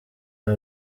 aba